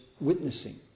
witnessing